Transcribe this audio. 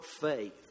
faith